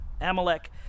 Amalek